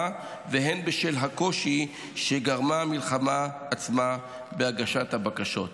והן בשל הקושי שגרמה המלחמה עצמה בהגשת הבקשות.